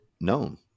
known